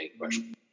question